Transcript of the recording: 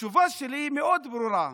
התשובה שלי היא מאוד ברורה.